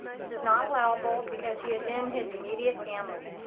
this is not allowable because he is in his immediate family.